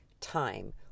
time